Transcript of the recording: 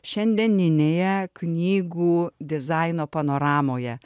šiandieninėje knygų dizaino panoramoje